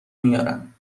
میارم